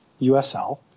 USL